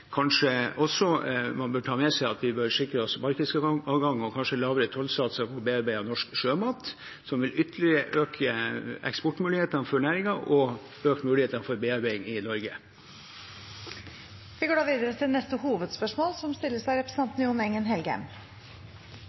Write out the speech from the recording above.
Kanskje bør man også ta med seg at vi bør sikre oss markedsadgang og kanskje lavere tollsatser for bearbeidet norsk sjømat, noe som ytterligere vil øke eksportmulighetene for næringen og øke muligheten for bearbeiding i Norge. Vi går videre til neste hovedspørsmål.